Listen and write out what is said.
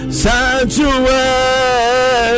sanctuary